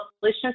Solutions